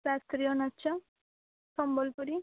ଶାସ୍ତ୍ରୀୟ ନାଚ ସମ୍ବଲପୁରୀ